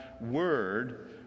word